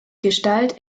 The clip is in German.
gestalt